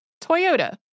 Toyota